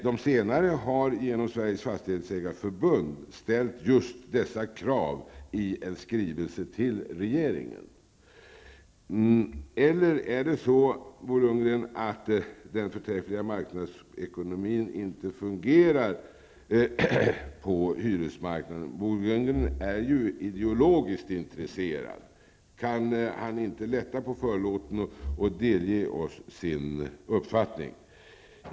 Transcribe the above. De senare har genom Sveriges Fastighetsägareförbund ställt just dessa krav i en skrivelse till regeringen. Eller är det så, Bo Lundgren, att den förträffliga marknadsekonomin inte fungerar på hyresmarknaden? Bo Lundgren är ju ideologiskt intresserad. Kan han inte lätta på förlåten och delge oss sin uppfattning?